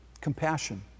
compassion